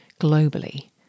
globally